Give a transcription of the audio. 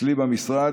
אצלי במשרד,